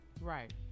right